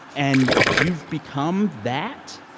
and you've become that.